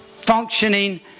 functioning